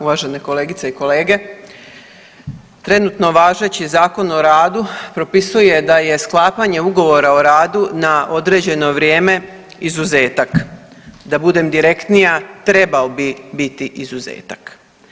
Uvažene kolegice i kolege, trenutno važeći Zakon o radu propisuje da je sklapanje Ugovora o radu na određeno vrijeme izuzetak, da budem direktnija trebao bi biti izuzetak.